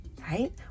right